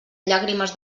llàgrimes